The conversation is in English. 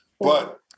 But-